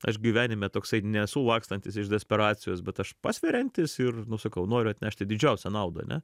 aš gyvenime toksai nesu lakstantis iš desperacijos bet aš pasveriantis ir nu sakau noriu atnešti didžiausią naudą ane